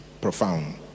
profound